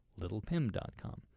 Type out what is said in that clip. littlepim.com